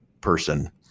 person